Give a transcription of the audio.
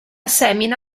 semina